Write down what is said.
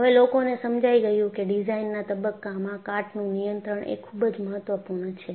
હવે લોકોને સમજાઈ ગયું કે ડિઝાઇનના તબક્કામાં કાટનું નિયંત્રણ એ ખુબ જ મહત્વપૂર્ણ છે